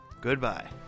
Goodbye